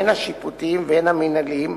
הן השיפוטיים והן המינהליים,